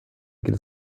geht